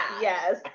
yes